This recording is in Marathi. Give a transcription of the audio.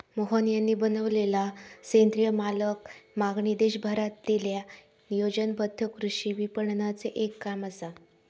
मोहन यांनी बनवलेलला सेंद्रिय मालाक मागणी देशभरातील्या नियोजनबद्ध कृषी विपणनाचे एक काम असा